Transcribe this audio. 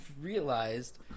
realized